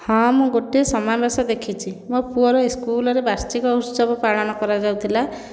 ହଁ ମୁଁ ଗୋଟିଏ ସମାବେଶ ଦେଖିଛି ମୋ ପୁଅର ସ୍କୁଲରେ ବାର୍ଷିକ ଉତ୍ସବ ପାଳନ କରାଯାଉଥିଲା